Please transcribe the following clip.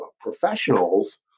professionals